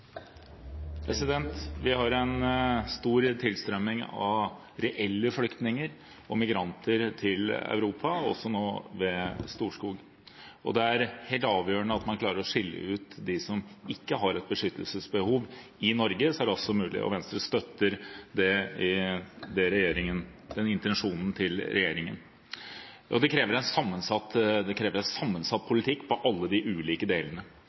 Vi har en stor tilstrømming av reelle flyktninger og migranter til Europa, nå også ved Storskog. Det er helt avgjørende at man i Norge så raskt som mulig klarer å skille ut dem som ikke har et beskyttelsesbehov, og Venstre støtter den intensjonen til regjeringen. Det krever en sammensatt politikk på alle de ulike delene.